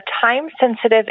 time-sensitive